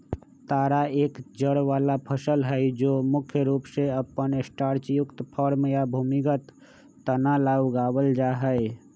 तारा एक जड़ वाला फसल हई जो मुख्य रूप से अपन स्टार्चयुक्त कॉर्म या भूमिगत तना ला उगावल जाहई